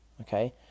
Okay